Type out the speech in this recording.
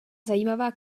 zajímavá